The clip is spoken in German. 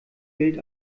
gilt